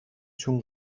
چون